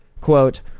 Quote